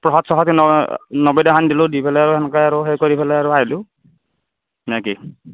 প্ৰসাদ চসাদে ন নৈবদ্যখিনি দিলিও দি পেলাই আৰু তেনেকে আৰু সেই কৰি পেলাই আৰু আহিলোঁ নে কি